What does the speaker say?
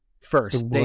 first